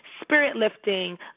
spirit-lifting